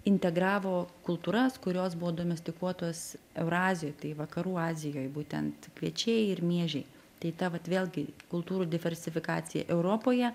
integravo kultūras kurios buvo domestikuotos eurazijoj tai vakarų azijoj būtent kviečiai ir miežiai tai ta vat vėlgi kultūrų diversifikacija europoje